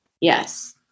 Yes